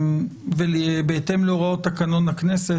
בהתאם להוראות תקנון הכנסת,